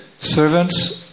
servants